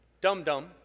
dum-dum